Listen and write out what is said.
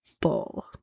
bull